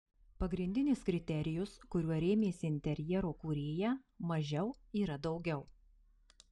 pagrindinis kriterijus kuriuo rėmėsi interjero kūrėja mažiau yra daugiau